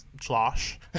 slosh